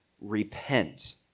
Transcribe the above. repent